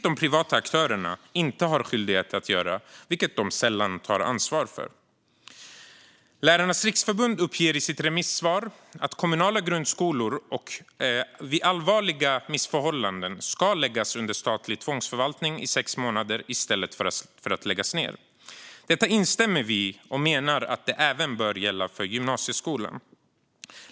De privata aktörerna har inte skyldighet att göra det, vilket de sällan tar ansvar för. Lärarnas Riksförbund uppger i sitt remissvar att kommunala grundskolor vid allvarliga missförhållanden ska läggas under statlig tvångsförvaltning i sex månader i stället för att stängas ned. Vi instämmer i detta och menar att det även bör gälla gymnasieskolan.